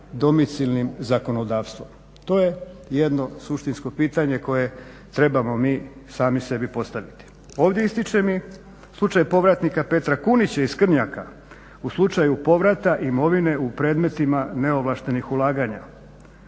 domicilnim zakonodavstvom. To je jedno suštinsko pitanje koje trebamo mi sami sebi postaviti. Ovdje ističem i slučaj povratnika Petra Kunića iz Krnjaka u slučaju povrata imovine u predmetima neovlaštenih ulaganja.